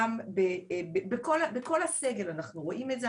גם בכל, בכל הסבב אנחנו רואים את זה.